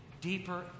deeper